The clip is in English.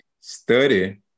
study